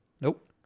Nope